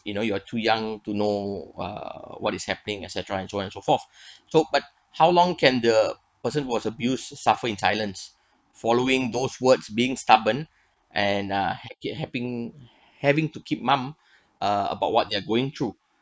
you know you're too young to know uh what is happening et cetera and so on and so forth so but how long can the person who was abused to suffer in silence following those words being stubborn and uh keep having having to keep mum uh about what they're going through